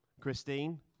Christine